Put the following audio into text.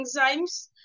enzymes